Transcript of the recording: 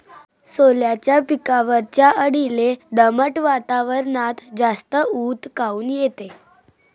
सोल्याच्या पिकावरच्या अळीले दमट वातावरनात जास्त ऊत काऊन येते?